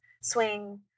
swing